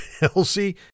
Elsie